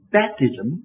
baptism